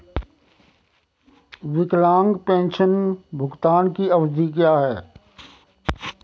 विकलांग पेंशन भुगतान की अवधि क्या है?